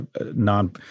non